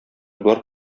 болар